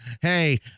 hey